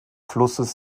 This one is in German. flusses